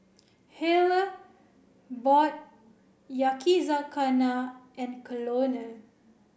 Halle bought Yakizakana and Colonel